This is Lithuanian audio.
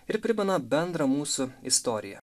ir primena bendrą mūsų istoriją